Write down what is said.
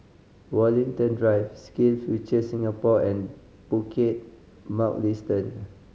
Woollerton Drive SkillsFuture Singapore and Bukit Mugliston